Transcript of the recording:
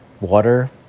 water